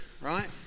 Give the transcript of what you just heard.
right